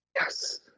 Yes